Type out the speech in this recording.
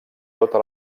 tota